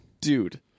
dude